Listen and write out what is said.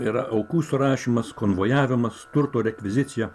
yra aukų surašymas konvojavimas turto rekvizicija